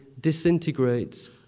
disintegrates